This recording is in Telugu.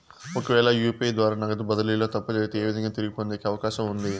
ఒకవేల యు.పి.ఐ ద్వారా నగదు బదిలీలో తప్పు జరిగితే, ఏ విధంగా తిరిగి పొందేకి అవకాశం ఉంది?